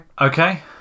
Okay